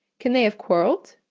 can they have quarrelled?